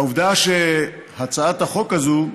העובדה היא שהצעת החוק הזאת,